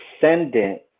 descendant